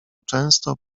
często